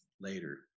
later